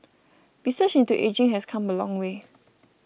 research into ageing has come a long way